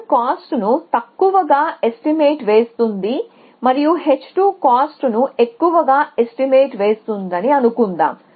h1 cost ను తక్కువగా estimate వేస్తుంది మరియు h2 కాస్ట్ ను ఎక్కువగా ఎస్టిమేట్ వేస్తుంది అనుకుందాము